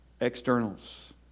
externals